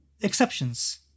exceptions